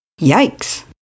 Yikes